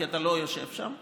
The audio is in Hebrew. כי אתה לא יושב שם,